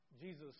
Jesus